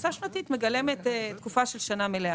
הכנסה שנתית מגלמת תקופה של שנה מלאה.